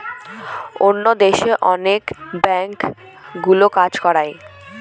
অন্য দেশে অনেক ব্যাঙ্কগুলো কাজ করায়